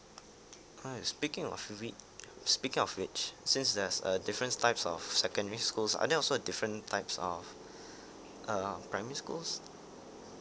ah speaking of read speaking of which since there's a different types of secondary schools are there also a different types of uh primary schools